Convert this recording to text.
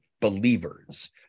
Believers